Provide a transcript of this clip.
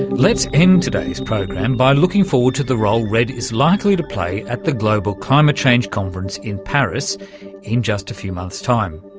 let's end today's program looking forward to the role redd is likely to play at the global climate change conference in paris in just a few months' time.